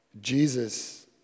Jesus